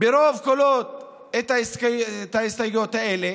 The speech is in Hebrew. ברוב קולות את ההסתייגויות האלה,